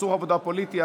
סכסוך עבודה פוליטי),